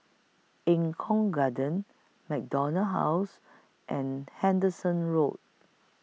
Eng Kong Garden MacDonald House and Henderson Road